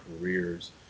careers